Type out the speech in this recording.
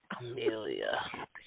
Amelia